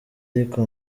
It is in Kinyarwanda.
ariko